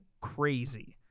crazy